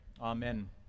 Amen